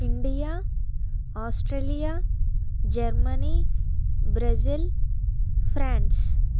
India Australia Germany Brazil France